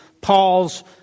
Paul's